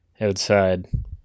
outside